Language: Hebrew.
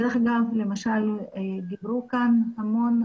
דרך אגב, דיברו כאן הרבה